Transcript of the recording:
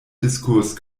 discourse